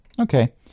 okay